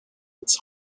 its